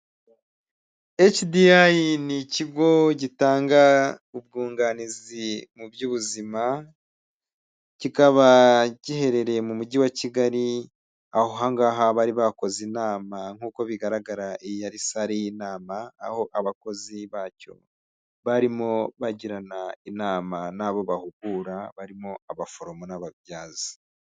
HDI ni ikigo gitanga ubwunganizi mu by'ubuzima kikaba giherereye mu mujyi wa Kigali aho aha ngaha bari bakoze inama nk'uko bigaragarayasale y'inama aho abakozi bacyo barimo bagirana inama n'abo bahugura barimo abaforomo n'ababyaza.